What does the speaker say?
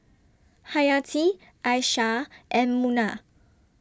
Hayati Aishah and Munah